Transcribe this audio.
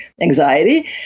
anxiety